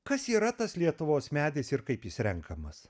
kas yra tas lietuvos medis ir kaip jis renkamas